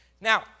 Now